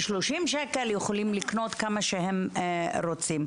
ב-30 שקלים יכולים לקנות כמה שהם רוצים.